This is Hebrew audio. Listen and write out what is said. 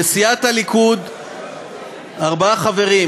לסיעת הליכוד ארבעה חברים,